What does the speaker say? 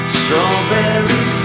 Strawberry